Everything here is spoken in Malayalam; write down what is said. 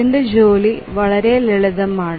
ഇതിന്ടെ ജോലി വളരെ ലളിതമാണ്